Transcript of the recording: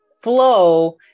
flow